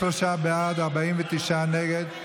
33 בעד, 49 נגד.